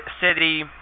city